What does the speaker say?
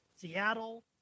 Seattle